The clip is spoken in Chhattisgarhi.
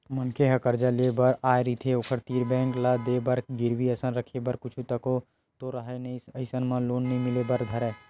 मनखे ह करजा लेय बर आय रहिथे ओखर तीर बेंक ल देय बर गिरवी असन रखे बर कुछु तको तो राहय नइ अइसन म लोन नइ मिले बर धरय